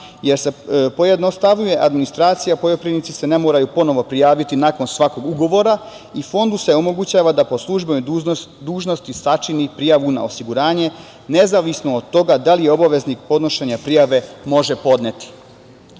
jer se pojednostavljuje administracija, poljoprivrednici se ne moraju ponovo prijaviti nakon svakog ugovora, i fondu se omogućava da po službenoj dužnosti sačini prijavu na osiguranje, nezavisno od toga da li je obaveznik podnošenja prijave može podneti. Druga